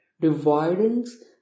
Dividends